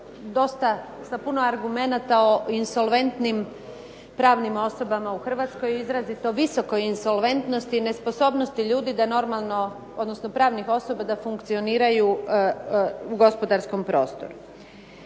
dosta sa puno argumenata o insolventnim pravnim osobama u Hrvatskoj, izrazito visokoj insolventnosti i nesposobnosti ljudi da normalno, odnosno pravnih osoba da funkcioniraju u gospodarskom prostoru.